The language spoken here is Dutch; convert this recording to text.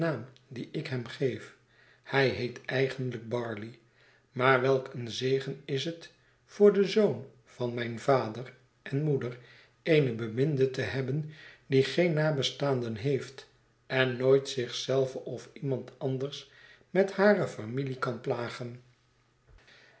dien ik hem geef hij heet eigenlijk barley maar welk een zegen is het voor den zoon van mijn vader en moeder eene beminde te hebben die geene nabestaanden heeft en nooit zich zelve of iemand anders met hare familie kan plagen